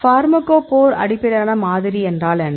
pharmacophore அடிப்படையிலான மாதிரி என்றால் என்ன